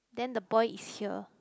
then the boy is here